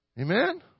Amen